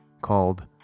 called